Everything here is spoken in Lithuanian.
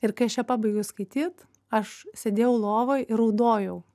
ir kai aš ją pabaigiau skaityt aš sėdėjau lovoj ir raudojau